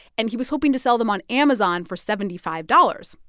and he was hoping to sell them on amazon for seventy five dollars.